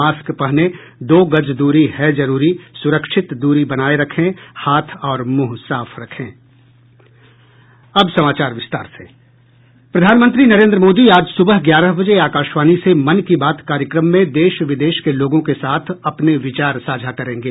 mask पहनें दो गज दूरी है जरूरी सुरक्षित दूरी बनाये रखें हाथ और मुंह साफ रखें प्रधानमंत्री नरेंद्र मोदी आज सूबह ग्यारह बजे आकाशवाणी से मन की बात कार्यक्रम में देश विदेश के लोगों के साथ अपने विचार साझा करेंगे